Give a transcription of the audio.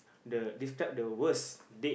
the describe the worst date